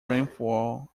rainfall